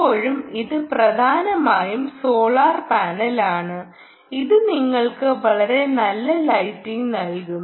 ഇപ്പോളും ഇത് പ്രധാനമായും സോളാർ പാനലാണ് അത് നിങ്ങൾക്ക് വളരെ നല്ല ലൈറ്റിംഗ് നൽകും